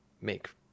make